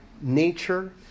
nature